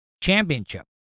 championship